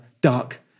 dark